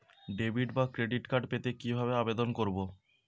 Debit বা credit card পেতে কি ভাবে আবেদন করব?